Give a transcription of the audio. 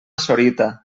sorita